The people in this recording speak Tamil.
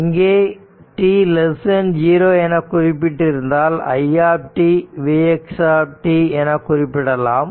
இங்கே t0 என குறிப்பிட்டிருந்தால் i vx என குறிப்பிடலாம்